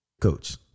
coach